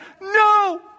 no